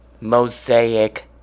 Mosaic